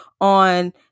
on